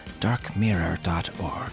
darkmirror.org